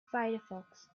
firefox